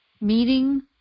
meeting